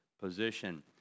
position